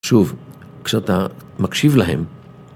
שוב, כשאתה מקשיב להם...